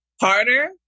harder